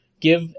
give